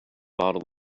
bottle